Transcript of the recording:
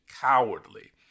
cowardly